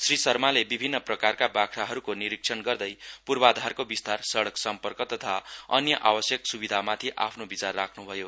श्री शर्माले विभिन्न प्रकारका बाख्राहरूको निरीक्षण गर्दै पूर्वाधारको विस्तार सडक सम्पर्क तथा अन्य आवश्यक सुविधामाथि आफ्नो विचार राख्नुभयो